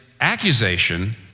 accusation